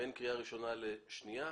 בין קריאה ראשונה לשנייה,